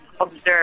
Observe